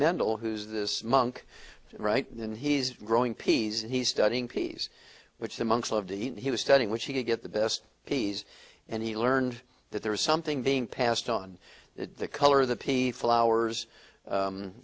mendel who's this monk right and he's growing peas and he's studying peas which the monks love to eat he was studying which he could get the best peas and he learned that there was something being passed on the color of the p c flowers